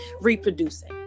reproducing